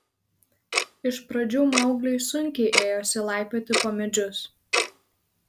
iš pradžių maugliui sunkiai ėjosi laipioti po medžius